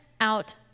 out